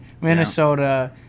Minnesota